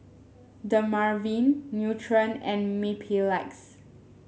Dermaveen Nutren and Mepilex